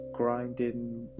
grinding